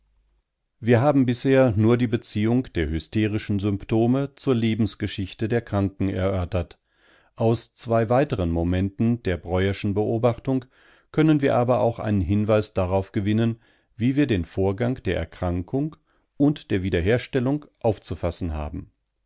wir haben bisher nur die beziehung der hysterischen symptome zur lebensgeschichte der kranken erörtert aus zwei weiteren momenten der breuerschen beobachtung können wir aber auch einen hinweis darauf gewinnen wie wir den vorgang der erkrankung und der wiederherstellung aufzufassen haben